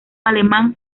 alemán